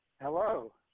Hello